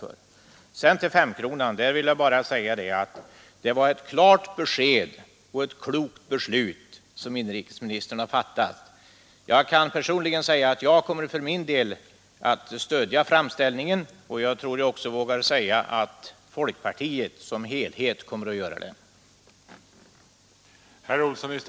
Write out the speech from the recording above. Beträffande ”femkronan” vill jag bara säga att det var ett klart besked inrikesministern lämnade och ett klokt beslut han fattat. Jag kommer personligen att stödja framställningen, och jag vågar nog också säga att folkpartiet som helhet kommer att göra det.